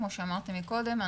כמו שאמרתי קודם.